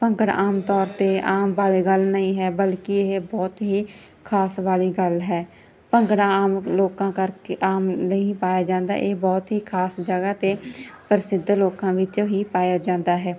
ਭੰਗੜਾ ਆਮ ਤੌਰ 'ਤੇ ਆਮ ਵਾਲੀ ਗੱਲ ਨਹੀਂ ਹੈ ਬਲਕਿ ਇਹ ਬਹੁਤ ਹੀ ਖਾਸ ਵਾਲੀ ਗੱਲ ਹੈ ਭੰਗੜਾ ਆਮ ਲੋਕਾਂ ਕਰਕੇ ਆਮ ਲਈ ਹੀ ਪਾਇਆ ਜਾਂਦਾ ਇਹ ਬਹੁਤ ਹੀ ਖਾਸ ਜਗ੍ਹਾ 'ਤੇ ਪ੍ਰਸਿੱਧ ਲੋਕਾਂ ਵਿੱਚ ਹੀ ਪਾਇਆ ਜਾਂਦਾ ਹੈ